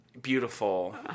beautiful